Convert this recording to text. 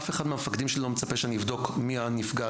אף אחד מהמפקדים שלי לא מצפה שאני אבדוק מי הנפגע,